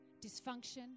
dysfunction